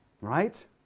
right